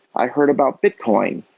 i heard about bitcoin.